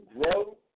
grow